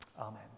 Amen